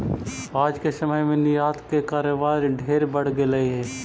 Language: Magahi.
आज के समय में निर्यात के कारोबार ढेर बढ़ गेलई हे